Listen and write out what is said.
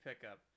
pickup